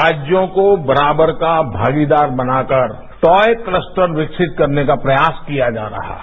राज्यों को बराबर भागीदार बनाकर टॉय क्ल्सटर विकसित करने का प्रयास किया गया है